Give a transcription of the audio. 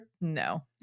No